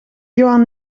johan